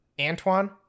Antoine